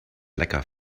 lecker